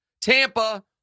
Tampa